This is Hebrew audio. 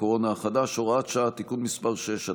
הקורונה החדש (הוראת שעה) (תיקון מס' 6),